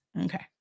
Okay